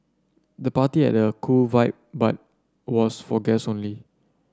the party had a cool vibe but was for guess only